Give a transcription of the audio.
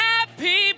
Happy